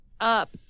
up